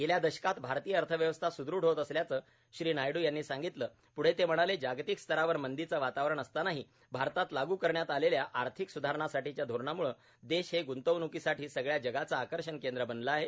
गेल्या दशकात आरतीय अर्थव्यवस्था सुदृढ होत असल्याचे श्रीण् नायडू यांनी सांगितले पुढे ते म्हणाले जागतिक स्तरावर मंदीचे वातवरण असतानाही भारतात लाग् करण्यात आलेल्या आर्थिक सुधारणासाठीच्या धोरणांमुळे देश हे गूंतवणूकीसाठी सगळ्या जगाचे आकर्षण केंद्र बनले आहे